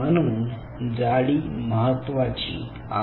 म्हणून जाडी महत्त्वाची आहे